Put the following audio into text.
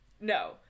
no